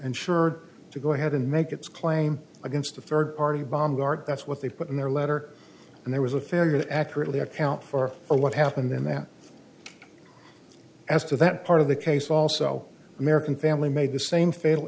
insured to go ahead and make its claim against a third party bombard that's what they put in their letter and there was a failure to accurately account for a what happened then that as to that part of the case also american family made the same fatal